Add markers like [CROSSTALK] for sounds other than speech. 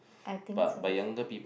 I think so [BREATH]